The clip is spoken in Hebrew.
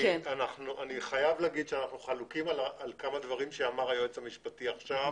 אני חייב להגיד שאנחנו חלוקים על כמה דברים שאמר היועץ המשפטי עכשיו.